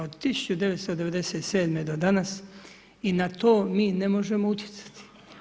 Od 1997. do danas i na to mi ne možemo utjecati.